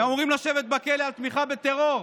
הם אמורים לשבת בכלא על תמיכה בטרור.